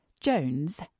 Jones